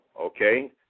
okay